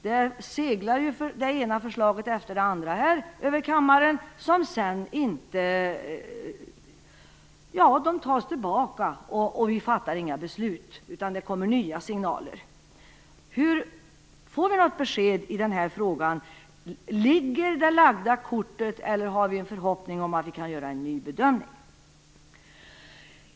Här seglar det ena förslaget efter det andra över kammaren som sedan tas tillbaka, vi fattar inga beslut utan det kommer nya signaler. Får vi något besked i den här frågan? Ligger det lagda kortet, eller har vi en förhoppning om att vi kan göra en ny bedömning?